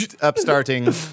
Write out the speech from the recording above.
Upstarting